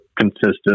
consistent